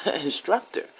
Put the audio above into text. instructor